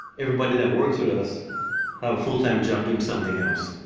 everybody that works with us have a full-time job doing something else.